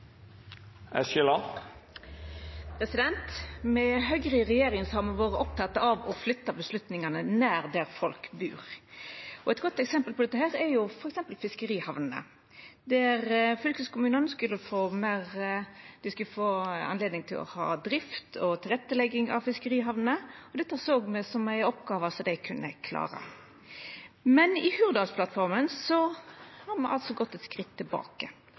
Med Høgre i regjering har me vore opptekne av å flytta avgjerdene nær der folk bur. Eit godt eksempel på det er f.eks. fiskerihamnene, der fylkeskommunane skulle få anledning til å ha drift og tilrettelegging av fiskerihamnene. Dette såg me som ei oppgåve som dei kunne klara. Men i Hurdalsplattforma har ein altså gått eit skritt tilbake.